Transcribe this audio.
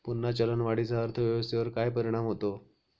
पुन्हा चलनवाढीचा अर्थव्यवस्थेवर काय परिणाम होतो